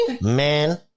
man